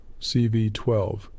CV-12